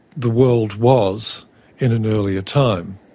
the world was in an earlier time.